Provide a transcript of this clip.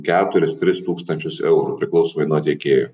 keturis tris tūkstančius eurų priklausomai nuo tiekėjų